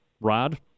Rod